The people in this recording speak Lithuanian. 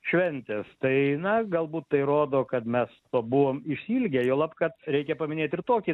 šventės tai na galbūt tai rodo kad mes to buvom išsiilgę juolab kad reikia paminėt ir tokį